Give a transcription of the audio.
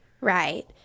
Right